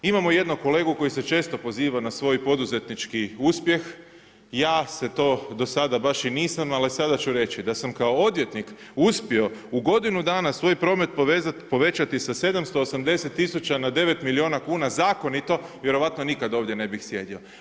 Imamo jednog kolegu koji se često pozivao na svoj poduzetnički uspjeh, ja se to do sada baš i nisam, ali sada ću reći da sam odvjetnik uspio u godinu danas svoj promet povećati sa 780 000 na 9 milijuna zakonito, vjerovatno nikad ovdje ne bih sjedio.